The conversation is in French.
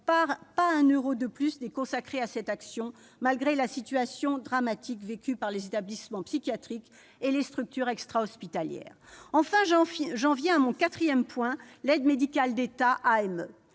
pas un euro de plus n'est consacré à cette action, malgré la situation dramatique vécue par les établissements psychiatriques et les structures extrahospitalières. Enfin, j'en viens à mon quatrième point, l'AME.